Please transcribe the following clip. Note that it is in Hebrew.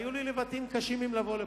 והיו לי לבטים קשים אם לבוא לפה.